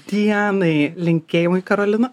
dienai linkėjimai karolina